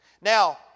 Now